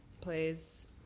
plays